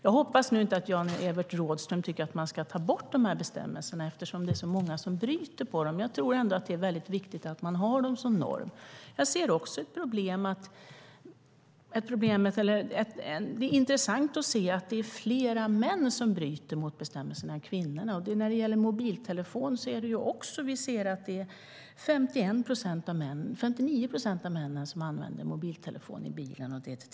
Jag hoppas att Jan-Evert Rådhström inte tycker att man ska ta bort bestämmelserna eftersom så många bryter mot dem. Det är ändå viktigt att ha dem som norm. Det är intressant att se att det är fler män än kvinnor som bryter mot bestämmelserna. 59 procent av männen och 38 procent av kvinnorna använder mobiltelefon i bilen.